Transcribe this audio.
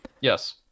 Yes